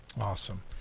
Awesome